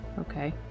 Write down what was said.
okay